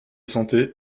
santé